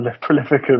prolific